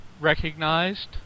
recognized